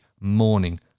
morning